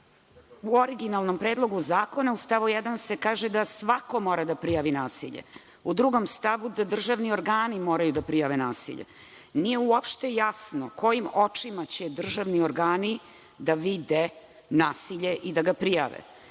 u originalnom Predlogu zakona u stavu 1. se kaže da svako mora da prijavi nasilje, u drugom stavu da državni organi moraju da prijave nasilje. Nije uopšte jasno kojim očima će državni organi da vide nasilje i da ga prijave